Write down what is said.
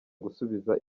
gusubiza